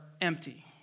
empty